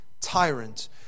tyrant